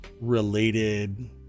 related